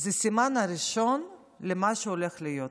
זה סימן ראשון למה שהולך להיות פה.